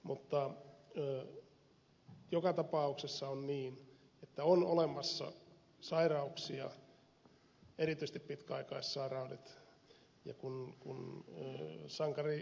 mutta joka tapauksessa on niin että on olemassa sairauksia erityisesti pitkäaikaissairaudet ja kun sankarilääkäri ed